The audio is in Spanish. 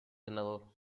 senador